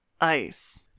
ice